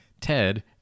Ted